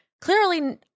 clearly